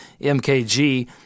MKG